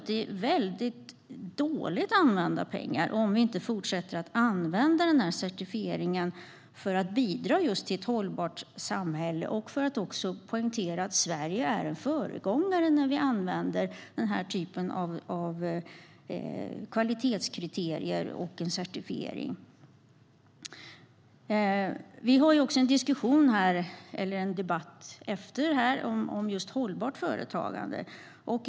Det är väldigt dåligt använda pengar om vi inte fortsätter att använda certifieringen för att bidra till ett hållbart samhälle och för att poängtera att Sverige är en föregångare när vi använder kvalitetskriterier och en certifiering. Vi ska strax ha en debatt om hållbart företagande.